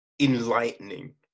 enlightening